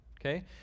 okay